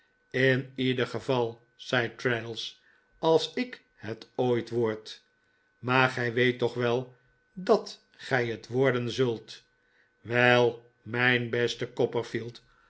in ieder geval zei traddles als ik het ooit word maar gij weet toch wel dat gij het worden zult wel mijn beste